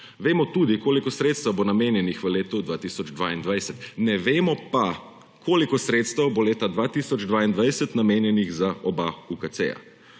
vemo tudi, koliko sredstev bo namenjenih v letu 2022, ne vemo pa, koliko sredstev bo leta 2022 namenjenih za oba UKC-ja.